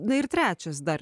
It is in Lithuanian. na ir trečias dar